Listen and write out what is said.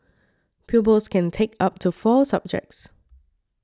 pupils can take up to four subjects